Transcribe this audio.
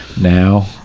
now